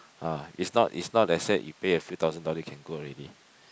ah it's not it's not let say you pay a few thousand dollar you can go already